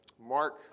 Mark